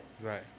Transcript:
Right